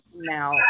now